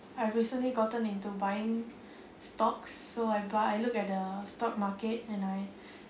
I've recently gotten into buying stocks so I buy look at the stock market and I